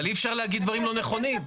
אבל אי-אפשר להגיד דברים לא נכונים.